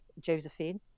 Josephine